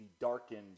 darkened